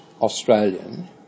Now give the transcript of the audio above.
Australian